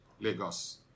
Lagos